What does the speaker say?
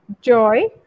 Joy